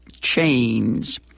Chains